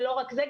ולא רק זה,